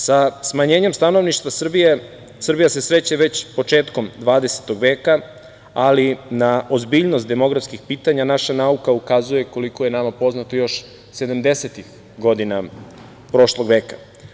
Sa smanjenjem stanovništva Srbija se sreće već početkom 20. veka, ali na ozbiljnost demografskih pitanja naša nauka ukazuje, koliko je nama poznato, još sedamdesetih godina prošlog veka.